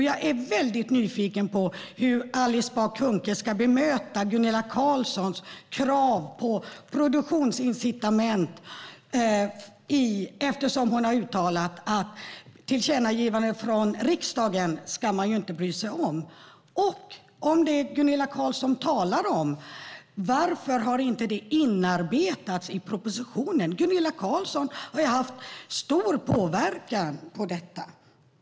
Jag är väldigt nyfiken på hur Alice Bah Kuhnke ska bemöta Gunilla Carlssons krav på produktionsincitament eftersom hon har uttalat att man inte ska bry sig om tillkännagivanden från riksdagen. Och varför har inte det som Gunilla Carlsson talar om inarbetats i propositionen? Gunilla Carlsson har ju haft stor påverkan på detta.